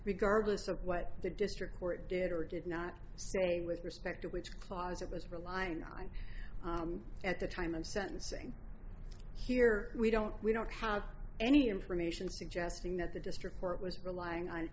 regardless of what the district court did or did not say with respect to which closet was relying on at the time of sentencing here we don't we don't have any information suggesting that the district court was relying on